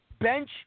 bench